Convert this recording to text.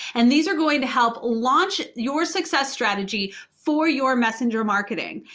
and these are going to help launch your success strategy for your messenger marketing.